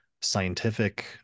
scientific